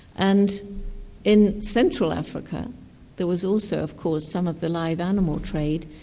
and in central africa there was also of course some of the live animal trade,